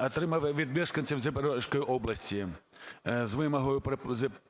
отримали від мешканців Запорізької області з вимогою